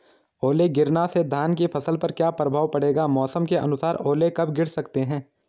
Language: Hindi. ओले गिरना से धान की फसल पर क्या प्रभाव पड़ेगा मौसम के अनुसार ओले कब गिर सकते हैं?